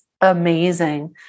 amazing